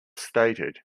stated